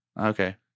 Okay